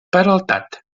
peraltat